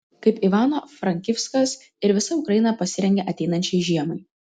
kaip ivano frankivskas ir visa ukraina pasirengė ateinančiai žiemai